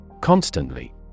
Constantly